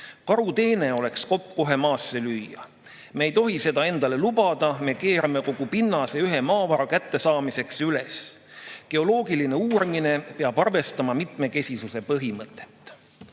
Karuteene on kopp kohe maasse lüüa. Me ei tohi seda endale lubada, et keerame kogu pinnase ühe maavara kättesaamiseks üles. Geoloogiline uurimine peab arvestama mitmekesisuse põhimõtet."